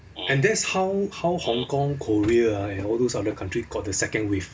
and that's how how hong-kong korea and all those other country got the second wave